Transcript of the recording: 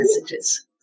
messages